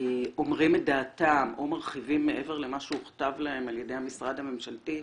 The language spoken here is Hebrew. אומרים את דעתם או מרחיבים מעבר למה שהוכתב להם על ידי המשרד הממשלתי,